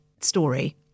story